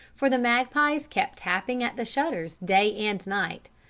for the magpies kept tapping at the shutters day and night.